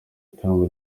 ikamba